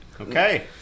Okay